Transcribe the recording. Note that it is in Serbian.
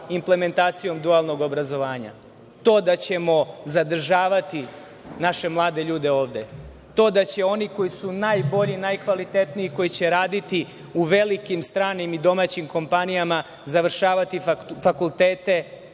implementacijom dualnog obrazovanja? To da ćemo zadržavati naše mlade ljude ovde. To da će oni koji su najbolji, najkvalitetniji, koji će raditi u velikim stranim i domaćim kompanijama, završavati fakultete,